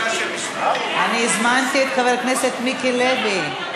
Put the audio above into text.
אני הזמנתי את חבר הכנסת מיקי לוי.